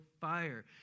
fire